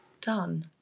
done